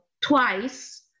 twice